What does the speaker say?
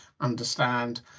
understand